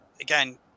again